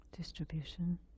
Distribution